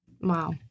Wow